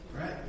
right